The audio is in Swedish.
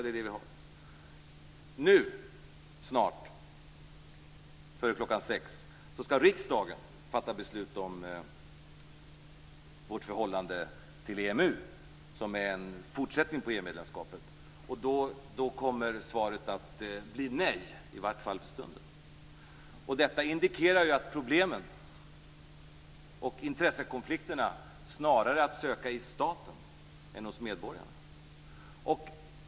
Det är det vi har. Nu snart, före klockan sex, skall riksdagen fatta beslut om vårt förhållande till EMU. Det är en fortsättning på EU-medlemskapet. Då kommer svaret att bli nej - i vart fall för stunden. Detta indikerar att problemen och intressekonflikterna snarare är att söka i staten än hos medborgarna.